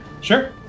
Sure